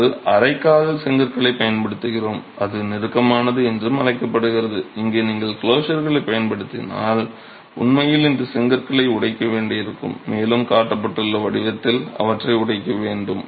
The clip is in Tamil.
நாங்கள் அரை கால் செங்கற்களைப் பயன்படுத்துகிறோம் அது நெருக்கமானது என்று அழைக்கப்படுகிறது இங்கே நீங்கள் க்ளோசர்களைப் பயன்படுத்தினால் உண்மையில் இந்த செங்கற்களை உடைக்க வேண்டியிருக்கும் மேலும் காட்டப்பட்டுள்ள வடிவத்தில் அவற்றை உடைக்க வேண்டும்